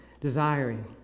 desiring